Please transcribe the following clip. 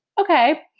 okay